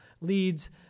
leads